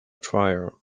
trial